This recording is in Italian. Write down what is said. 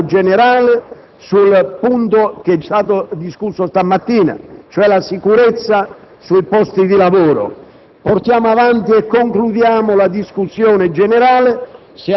propongo di sviluppare oggi il dibattito generale sul punto che è stato discusso questa mattina, cioè la sicurezza sui luoghi di lavoro.